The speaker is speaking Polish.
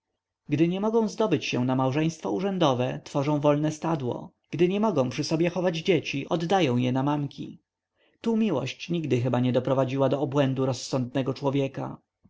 gdy nie mogą zdobyć się na małżeństwo urzędowe tworzą wolne stadło gdy nie mogą przy sobie chować dzieci oddają je na mamki tu miłość nigdy chyba nie doprowadziła do obłędu rozsądnego człowieka